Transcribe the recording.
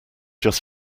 just